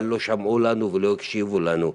אבל לא שמעו לנו ולא הקשיבו לנו.